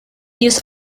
use